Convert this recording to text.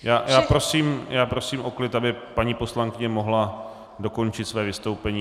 Já prosím o klid, aby paní poslankyně mohla dokončit své vystoupení.